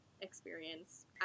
experience